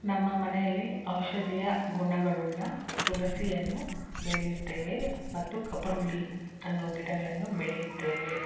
ನಮ್ಮ ಮನೆಯಲ್ಲಿ ಔಷಧಿಯ ಗುಣಗಳುಳ್ಳ ತುಳಸಿಯನ್ನು ಬೆಳೆಯುತ್ತೇವೆ ಮತ್ತು ಕಪ್ರುಳ್ಳಿ ಅನ್ನೋ ಗಿಡಗಳನ್ನು ಬೆಳೆಯುತ್ತೇವೆ